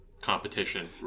Competition